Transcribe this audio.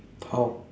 how